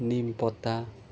निमपत्ता